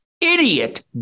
idiot